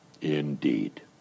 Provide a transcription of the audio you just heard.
Indeed